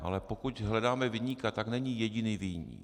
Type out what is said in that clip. Ale pokud hledáme viníka, tak není jediný viník.